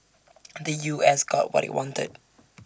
the U S got what IT wanted